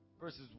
Verses